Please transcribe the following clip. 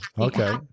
Okay